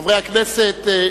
חברי הכנסת,